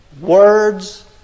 words